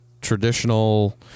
traditional